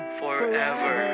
forever